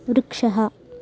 वृक्षः